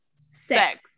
sex